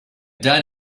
done